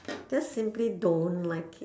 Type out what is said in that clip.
just simply don't like it